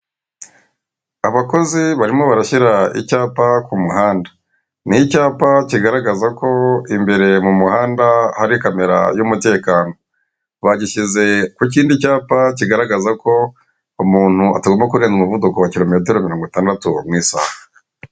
Abakozi barimo barashyira icyapa ku muhanda. Ni icyapa kigaragaza ko imbere mu muhanda hari kamera y'umutekano. Bagishyize ku kindi cyapa kigaragaza ko umuntu atagomba kurenza umuvuko wa kilometero mirongo itandatu mu isaha.